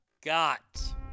got